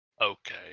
Okay